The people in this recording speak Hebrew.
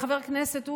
חבר הכנסת עודה,